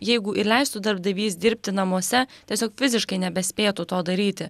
jeigu ir leistų darbdavys dirbti namuose tiesiog fiziškai nebespėtų to daryti